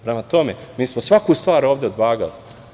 Prema tome, mi smo svaku stvar ovde odvagali.